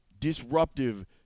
Disruptive